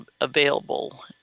available